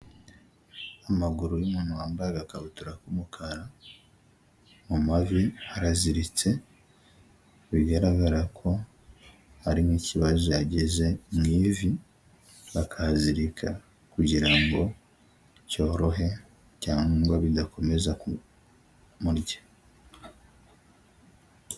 Amaguru y'umuntu wambaye agakabutura k'umukara mu mavi haraziritse bigaragara ko hari n'ikibazo yageze mu ivi bakazirika kugira ngo cyorohe cyangwa bidakomeza kumurya.